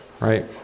right